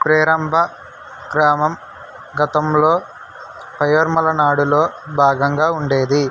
ప్రేరంబ గ్రామం గతంలో పయ్యోర్మల నాడులో భాగంగా ఉండేది